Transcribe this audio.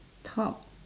top